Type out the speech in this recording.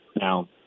Now